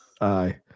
Aye